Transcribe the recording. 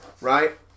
right